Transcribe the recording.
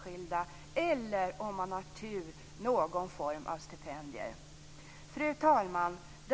Fru talman!